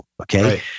okay